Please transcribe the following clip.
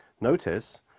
Notice